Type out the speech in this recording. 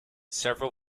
several